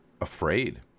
afraid